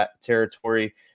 territory